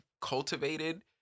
cultivated